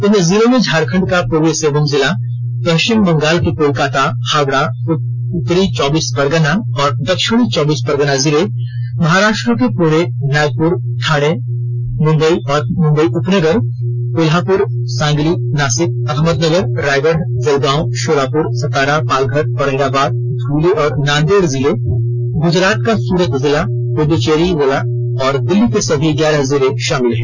इन जिलों में झारखंड का पूर्वी सिंहभूम जिला पश्चिम बंगाल के कोलकाता हावड़ा उत्तरी चौबीस परगना और दक्षिणी चौबीस परगना जिले महाराष्ट्र के पुणे नागपुर ठाणे मुंबई और मुंबई उपनगर कोल्हापुर सांगली नाशिक अहमदनगर रायगढ़ जलगांव शोलापुर सतारा पालघर औरंगाबाद धुले और नांदेड जिले गृजरात का सुरत जिला पद्दचेरी जिला और दिल्ली के सभी ग्याारह जिले शामिल हैं